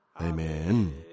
Amen